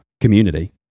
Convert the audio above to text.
community